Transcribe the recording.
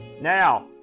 now